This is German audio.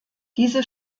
diese